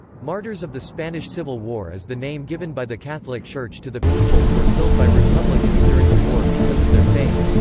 martyrs of the spanish civil war is the name given by the catholic church to the people who were killed by republicans during the war because of their faith.